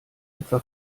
etwa